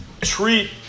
treat